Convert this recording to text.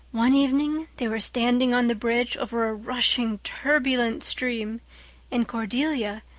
one evening they were standing on the bridge over a rushing turbulent stream and cordelia,